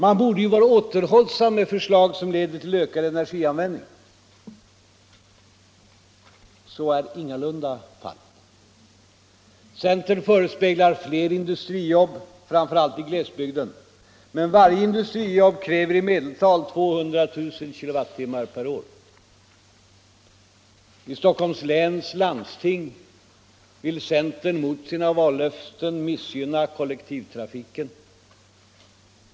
Man borde vara återhållsam med förslag som leder till ökad energianvändning. Så är ingalunda fallet. Centern förespeglar fler industrijobb, framför allt i glesbygden. Men varje industrijobb kräver i medeltal 200 000 kilowattimmar per år. I Stockholms läns landsting vill centern mot sina vallöften missgynna kollektivtrafiken.